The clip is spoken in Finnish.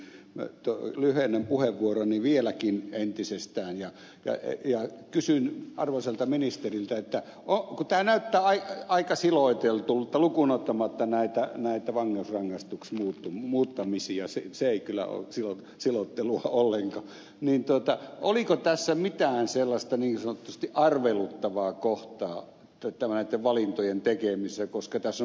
hakolan puheenvuoroon viitaten lyhennän puheenvuoroni vieläkin entisestään ja kysyn arvoisalta ministeriltä kun tämä näyttää aika silotellulta lukuun ottamatta näitä vankeusrangaistuksiksi muuttamisia se ei kyllä ole silottelua ollenkaan oliko tässä mitään sellaista niin sanotusti arveluttavaa kohtaa näiden valintojen tekemisessä